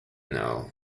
know